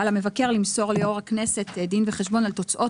על המבקר למסור ליו"ר הכנסת דין וחשבון על תוצאות